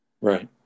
Right